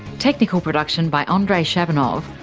technical production by andrei shabunov,